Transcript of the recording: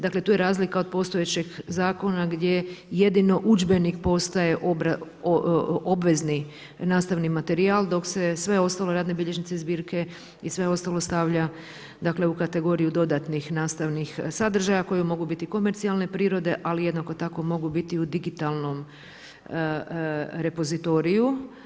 Dakle, tu je razlika od postojećeg zakona, gdje jedino udžbenik, postaje obvezni nastavni materijal, dok se sve ostalo radne bilježnice, zbirke i sve ostalo stavlja dakle, u kategoriju dodatnih nastavnih sadržaja koji mogu biti komercionalne prirode, ali jednako tako mogu biti i u digitalnom repozitoriju.